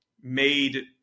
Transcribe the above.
made